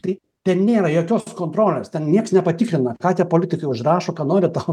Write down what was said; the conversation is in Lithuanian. tai ten nėra jokios kontrolės ten niekas nepatikrina ką tie politikai užrašo ką nori tą